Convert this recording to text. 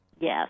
Yes